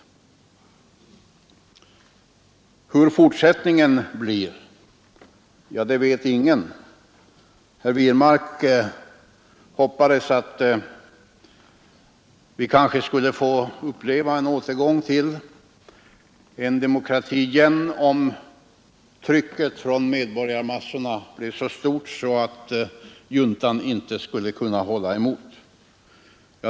Hur fortsättningen blir vet ingen. Herr Wirmark sade att han hoppas att vi skall få uppleva en återgång till demokratin, om trycket från medborgarmassorna blir så stort, att juntan inte kan hålla emot.